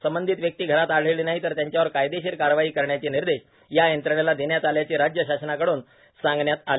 संबंधित व्यक्ती घरात आढळली नाही तर त्यांच्यावर कायदेशीर करवाई करण्याचे निर्देश या यंत्रणेला देण्यात आल्याचे राज्य शासनाकडून सांगण्यात आले